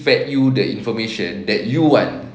fed you the information that you want